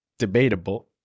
debatable